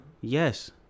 Yes